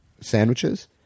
sandwiches